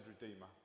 Redeemer